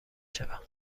شوم